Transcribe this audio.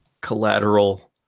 collateral